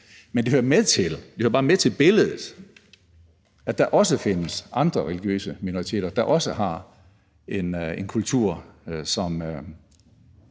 Men det hører også bare med til billedet, at der findes andre religiøse minoriteter, der også har en kultur, som